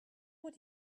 what